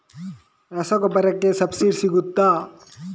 ರಸಗೊಬ್ಬರಕ್ಕೆ ಸಬ್ಸಿಡಿ ಸಿಗ್ತದಾ?